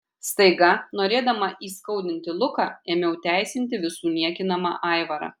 staiga norėdama įskaudinti luką ėmiau teisinti visų niekinamą aivarą